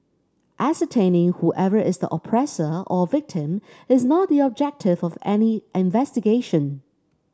ascertaining whoever is the oppressor or victim is not the objective of any investigation